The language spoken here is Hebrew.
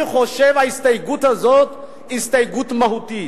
אני חושב שההסתייגות הזאת היא הסתייגות מהותית.